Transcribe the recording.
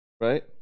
Right